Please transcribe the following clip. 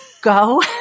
go